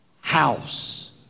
House